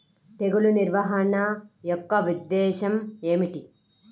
తెగులు నిర్వహణ యొక్క ఉద్దేశం ఏమిటి?